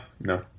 no